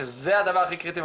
שזה הדבר הכי קריטי במערכת,